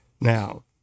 Now